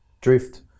drift